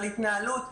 על התנהלות.